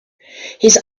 his